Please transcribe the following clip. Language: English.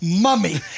mummy